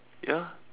ya